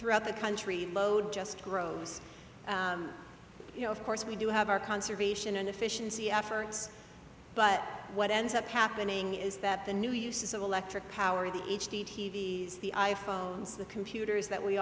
throughout the country road just grows you know of course we do have our conservation and efficiency efforts but what ends up happening is that the new uses of electric power the h d t v s the i phones the computers that we